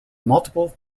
multiple